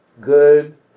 good